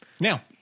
Now